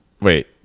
Wait